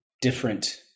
different